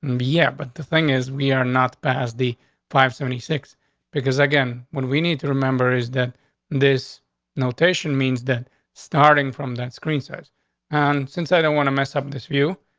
and yeah, but the thing is, we are not passed the five seventy six because again, when we need to remember is that this notation means that starting from that screen size on since i don't want to mess up this view,